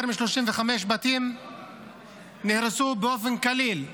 יותר מ-35 בתים נהרסו כליל -- סליחה,